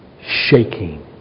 shaking